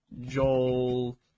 Joel